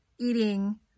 eating